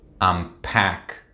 unpack